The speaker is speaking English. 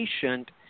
patient